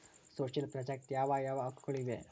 Social project ಯಾವ ಯಾವ ಹಕ್ಕುಗಳು ಇವೆ?